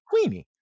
Queenie